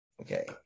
Okay